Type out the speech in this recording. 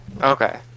Okay